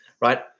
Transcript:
right